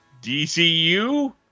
dcu